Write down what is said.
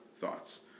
thoughts